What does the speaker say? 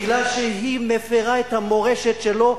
כי היא מפירה את המורשת שלו,